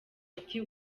ati